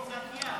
בלחיצת יד.